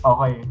Okay